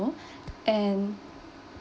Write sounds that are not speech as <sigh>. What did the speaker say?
<breath> and